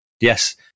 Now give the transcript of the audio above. yes